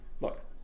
Look